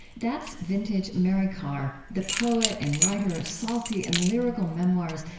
that's vintage mary karr, the poet and writer of salty and lyrical memoirs,